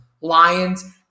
Lions